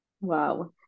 Wow